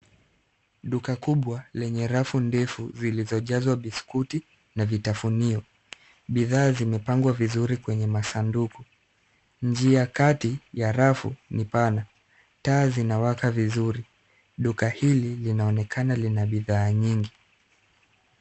Duka kubwa lenye rafu ndefu zilizojazwa biskuti na vitafunio. Bidhaa zimeapangwa vizuri kwenye masanduku. Njia kati ya rafu ni pana. Taa zinawaka vizuri. Duka hili linaonekana lina bidhaa nyingi.